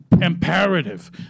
imperative